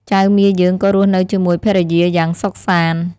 ចៅមាយើងក៏រស់នៅជាមួយភរិយាយ៉ាងសុខសាន្ត។